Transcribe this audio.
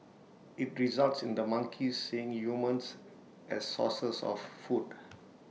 IT results in the monkeys seeing humans as sources of food